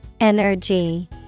Energy